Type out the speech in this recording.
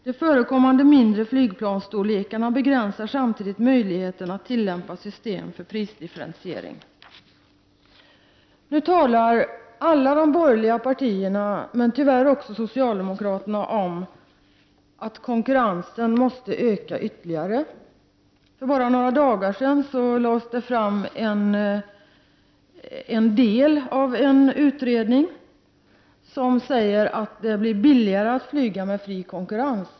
De förekommande mindre flygplansstorlekarna begränsar samtidigt möjligheten att tillämpa system för prisdifferentiering.” Nu talar alla de borgerliga partierna, men tyvärr också socialdemokraterna, om att konkurrensen måste öka ytterligare. För bara några dagar sedan presenterades ett delbetänkande av en utredning som säger att det blir billigare att flyga med fri konkurrens.